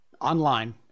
online